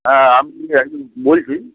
হ্যাঁ আপনি আমি বলছি